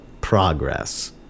progress